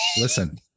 listen